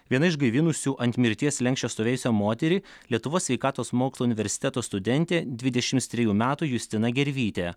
viena iš gaivinusių ant mirties slenksčio stovėjusią moterį lietuvos sveikatos mokslų universiteto studentė dvidešimt trejų metų justina gervytė